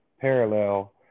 parallel